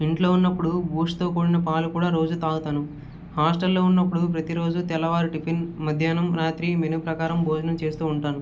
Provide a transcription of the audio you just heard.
ఇంట్లో ఉన్నప్పుడు బూస్టుతో కూడిన పాలు కూడా రోజూ తాగుతాను హాస్టల్లో ఉన్నప్పుడు ప్రతిరోజూ తెల్లవారి టిఫిన్ మధ్యాహ్నం రాత్రి మెనూ ప్రకారం భోజనం చేస్తూ ఉంటాను